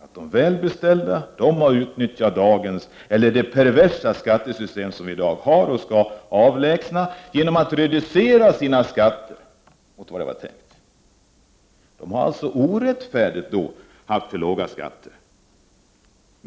att de välbeställda har utnyttjat det perversa skattesystem som vi har i dag och som vi skall avlägsna, genom att reducera sina skatter i motsats till vad som var tänkt. De har alltså orättfärdigt betalat alltför låga skatter.